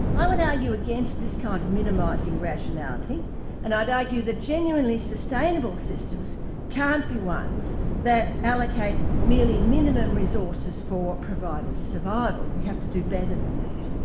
i would argue against this kind of minimising rationality and i'd argue that genuinely sustainable systems can't be ones that allocate merely minimum resources for providers' survival we have to do better than that.